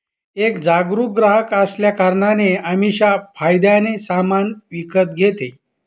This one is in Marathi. एक जागरूक ग्राहक असल्या कारणाने अमीषा फायद्याने सामान विकत घेते